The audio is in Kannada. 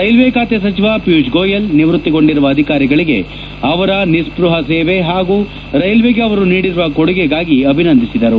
ರೈಲ್ವೇ ಖಾತೆ ಸಚಿವ ಒಿಯೂಷ್ ಗೋಯಲ್ ನಿವೃತ್ತಿಗೊಂಡಿರುವ ಅಧಿಕಾರಿಗಳಗೆ ಅವರ ನಿಸ್ನಪ ಸೇವೆ ಹಾಗೂ ರೈಲ್ವೆಗೆ ಅವರು ನೀಡಿರುವ ಕೊಡುಗೆಗಾಗಿ ಅಭಿನಂದಿಸಿದರು